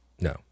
No